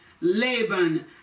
Laban